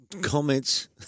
comments